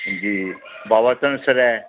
जी बाबा धनसर ऐ